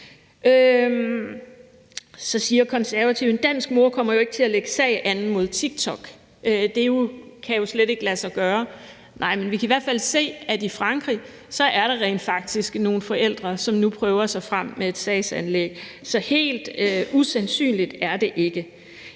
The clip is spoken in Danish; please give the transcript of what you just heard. Så siger Konservative, at en dansk mor jo ikke kommer til at lægge sag an mod TikTok. Det kan jo slet ikke lade sig gøre. Nej, men vi kan i hvert fald se, at i Frankrig er der rent faktisk nogle forældre, som nu prøver sig frem med et sagsanlæg. Så helt usandsynligt er det ikke.